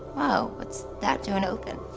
ah what's that doing open?